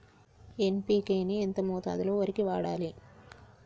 NPK ని ఎంత మోతాదులో వరికి వాడాలి?